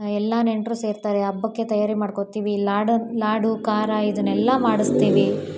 ಎಲ್ಲ ನೆಂಟರು ಸೇರ್ತಾರೆ ಹಬ್ಬಕ್ಕೆ ತಯಾರಿ ಮಾಡ್ಕೋತೀವಿ ಲಾಡನ್ನು ಲಾಡು ಖಾರ ಇದನ್ನೆಲ್ಲ ಮಾಡಿಸ್ತೀವಿ